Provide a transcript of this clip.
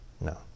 No